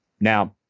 now